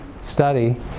study